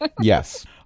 Yes